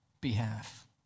behalf